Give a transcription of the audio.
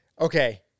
okay